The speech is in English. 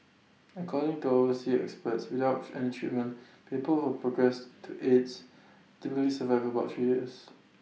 according to overseas experts without any treatment people who progress to aids typically survive about three years